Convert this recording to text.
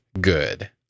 good